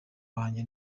wanjye